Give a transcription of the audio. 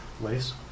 Lace